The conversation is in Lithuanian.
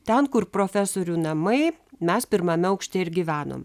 ten kur profesorių namai mes pirmame aukšte ir gyvenom